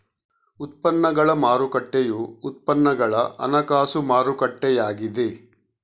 ಉತ್ಪನ್ನಗಳ ಮಾರುಕಟ್ಟೆಯು ಉತ್ಪನ್ನಗಳ ಹಣಕಾಸು ಮಾರುಕಟ್ಟೆಯಾಗಿದೆ